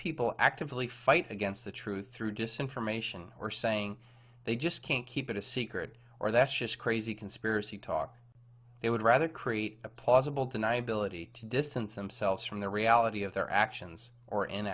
people actively fight against the truth through dissent from ation or saying they just can't keep it a secret or that's just crazy conspiracy talk they would rather create a plausible deniability to distance themselves from the reality of their actions or